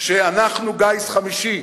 שאנחנו גיס חמישי,